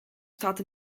staat